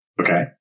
Okay